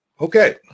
Okay